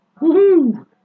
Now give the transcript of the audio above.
Woohoo